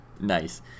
Nice